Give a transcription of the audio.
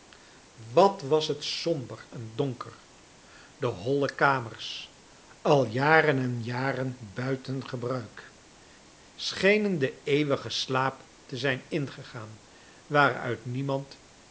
wat was het somber en donker de holle kamers al jaren en jaren buiten gebruik sciienen den eeuwigen slaap te zijn ingegaan waaruit niemand